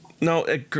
No